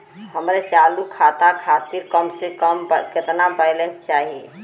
हमरे चालू खाता खातिर कम से कम केतना बैलैंस चाही?